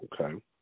okay